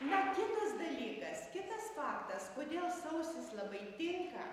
na kitas dalykas kitas faktas kodėl sausis labai tinka